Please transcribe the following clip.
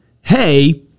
hey –